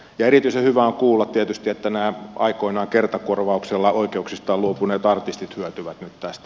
erityisen hyvä on kuulla tietysti että nämä aikoinaan kertakorvauksella oikeuksistaan luopuneet artistit hyötyvät nyt tästä